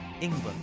England